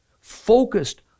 focused